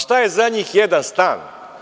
Šta je za njih jedan stan.